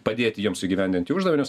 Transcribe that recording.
padėti jiems įgyvendinti uždavinius